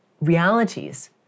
realities